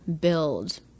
build